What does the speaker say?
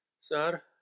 Sir